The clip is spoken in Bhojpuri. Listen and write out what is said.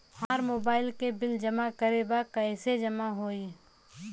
हमार मोबाइल के बिल जमा करे बा कैसे जमा होई?